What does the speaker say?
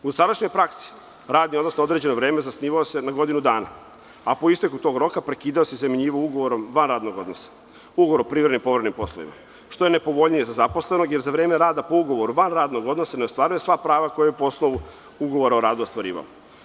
U dosadašnjoj praksi radni odnos na određeno vreme zasnivao se na godinu dana, a po isteku tog roka prekidao se i zamenjivao se ugovorom van radnog odnosa, ugovor o privremenim i povremenim poslovima, što je nepovoljnije za zaposlenog, jer za vreme rada po ugovoru van radnog odnosa ne ostvaruje sva prava koja je po osnovu ugovora o radu ostvarivao.